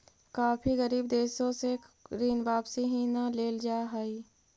काफी गरीब देशों से ऋण वापिस ही न लेल जा हई